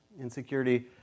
insecurity